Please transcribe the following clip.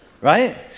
right